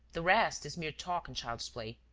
the rest is mere talk and child's play.